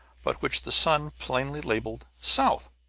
but which the sun plainly labeled south.